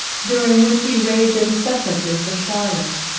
during which he raved incessantly for charlotte